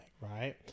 right